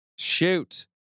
Shoot